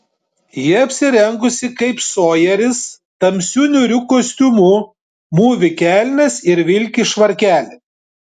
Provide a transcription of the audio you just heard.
ji apsirengusi kaip sojeris tamsiu niūriu kostiumu mūvi kelnes ir vilki švarkelį